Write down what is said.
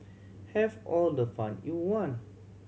have all the fun you want